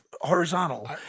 horizontal